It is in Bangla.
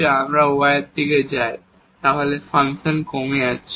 যদি আমরা y এর দিকে যাই তাহলে ফাংশন কমে যাচ্ছে